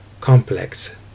complex